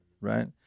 right